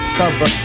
cover